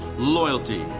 loyalty,